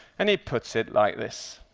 and he puts it like this.